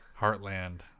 Heartland